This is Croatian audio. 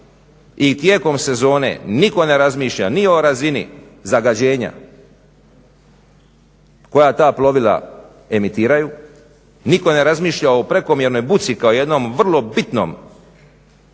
i tijekom sezone nitko ne razmišlja ni o razini zagađenja koja ta plovila emitiraju, nitko ne razmišlja o prekomjernoj buci kao jednom vrlo bitnom tipu